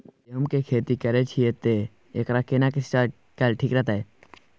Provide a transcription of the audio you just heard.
गेहूं की खेती करे छिये ते एकरा केना के सिंचाई कैल ठीक रहते?